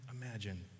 imagine